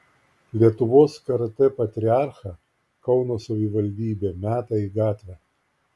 lietuvos karatė patriarchą kauno savivaldybė meta į gatvę